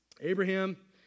Abraham